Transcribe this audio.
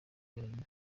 yonyine